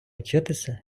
вчитися